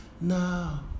now